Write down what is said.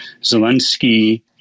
Zelensky